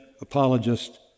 apologist